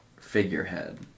figurehead